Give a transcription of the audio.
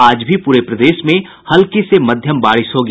आज भी पूरे प्रदेश में हल्की से मध्यम बारिश होगी